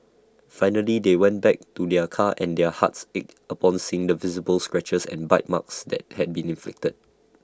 finally they went back to their car and their hearts ached upon seeing the visible scratches and bite marks that had been inflicted